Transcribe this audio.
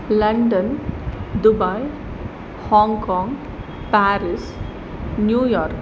London Dubai Hong Kong Paris New York